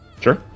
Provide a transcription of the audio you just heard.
sure